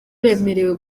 bemerewe